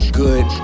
good